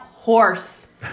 Horse